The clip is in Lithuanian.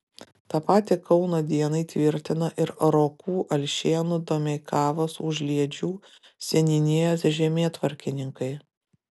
tą patį kauno dienai tvirtino ir rokų alšėnų domeikavos užliedžių seniūnijos žemėtvarkininkai